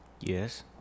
Yes